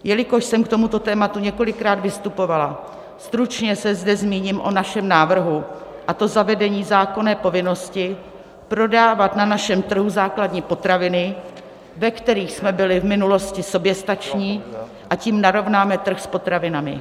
Jelikož jsem k tomuto tématu několikrát vystupovala, stručně se zde zmíním o našem návrhu, a to zavedení zákonné povinnosti prodávat na našem trhu základní potraviny, ve kterých jsme byli v minulosti soběstační, a tím narovnáme trh s potravinami.